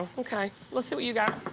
okay. let's see what you got.